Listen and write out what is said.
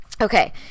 Okay